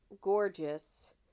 gorgeous